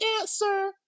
answer